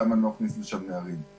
למה אני לא אכניס לשם נערים?